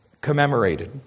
commemorated